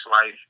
Life